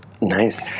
Nice